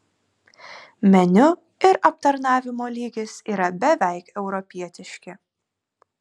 meniu ir aptarnavimo lygis yra beveik europietiški